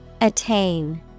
Attain